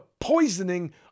poisoning